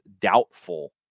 doubtful